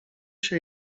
się